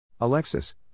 Alexis